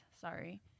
sorry